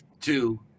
Two